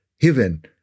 heaven